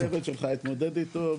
(הצגת מצגת) הצוות של יתמודד איתו,